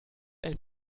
ein